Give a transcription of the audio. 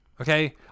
okay